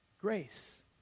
Grace